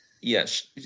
Yes